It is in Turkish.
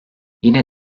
yine